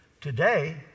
today